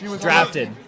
Drafted